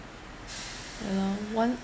ya lor one